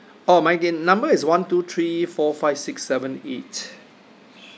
oh my ga~ number is one two three four five six seven eight